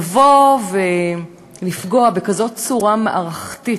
לבוא ולפגוע בכזאת צורה מערכתית,